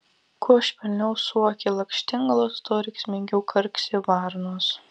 kuo švelniau suokia lakštingalos tuo rėksmingiau karksi varnos